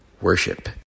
worship